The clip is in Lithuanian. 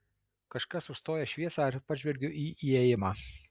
kažkas užstoja šviesą ir pažvelgiu į įėjimą